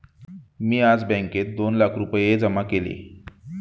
मी आज बँकेत दोन लाख रुपये जमा केले